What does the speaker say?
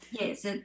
Yes